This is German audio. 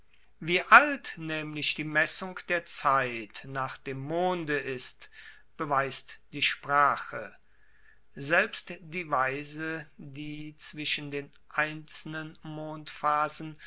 wie alt namentlich die messung der zeit nach dem monde ist beweist die sprache selbst die weise die zwischen den einzelnen mondphasen